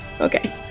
Okay